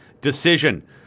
decision